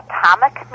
Atomic